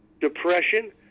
depression